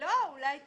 הנראוּת והנוף.